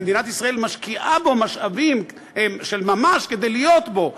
ומדינת ישראל משקיעה בו משאבים של ממש כדי להיות בו,